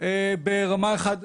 ברמה 1,